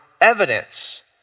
evidence